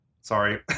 sorry